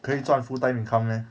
可以赚 full time income meh